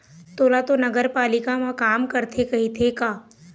तोला तो नगरपालिका म काम करथे कहिथे का?